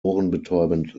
ohrenbetäubend